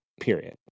period